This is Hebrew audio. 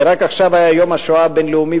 ורק עכשיו היה יום השואה הבין-לאומי,